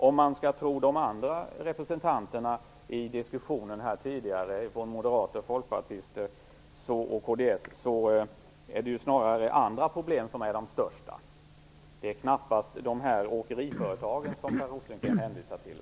Om man skall tro de andra representanterna i diskussionen tidigare från Moderaterna, Folkpartiet och kds är det snarare andra problem som är de största. De finns knappast i de åkeriföretag som Per Rosengren hänvisar till.